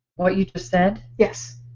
what you just said. yes?